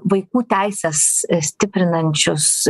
vaikų teises stiprinančius